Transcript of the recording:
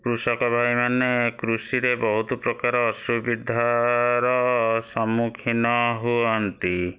କୃଷକ ଭାଇମାନେ କୃଷିରେ ବହୁତ ପ୍ରକାର ଅସୁବିଧାର ସମ୍ମୁଖୀନ ହୁଅନ୍ତି